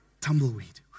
Tumbleweed